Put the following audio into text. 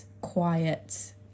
quiet